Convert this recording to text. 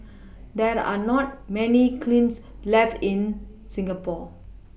there are not many kilns left in Singapore